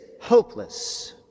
hopeless